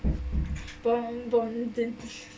bonbon